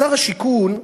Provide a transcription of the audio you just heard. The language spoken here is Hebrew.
לשר השיכון,